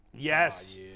Yes